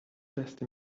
beste